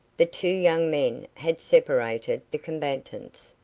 the two young men had separated the combatants,